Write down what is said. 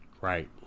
Right